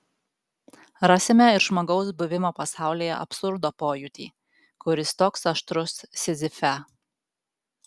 rasime ir žmogaus buvimo pasaulyje absurdo pojūtį kuris toks aštrus sizife